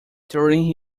during